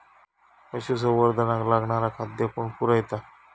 पशुसंवर्धनाक लागणारा खादय कोण पुरयता?